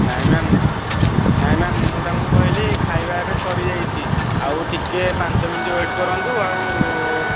ନାହିଁ ମ୍ୟାମ ନାହିଁ ମ୍ୟାମ ମୁଁ ତାଙ୍କୁ କହିଲି ଖାଇବା ଏବେ ସରିଯାଇଛି ଆଉ ଟିକେ ପାଞ୍ଚ ମିନିଟ ୱେଟ କରନ୍ତୁ ଆଉ